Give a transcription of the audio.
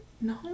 No